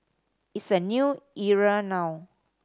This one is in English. it's a new era now